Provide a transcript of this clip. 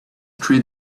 three